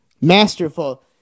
masterful